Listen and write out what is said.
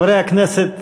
חברי הכנסת,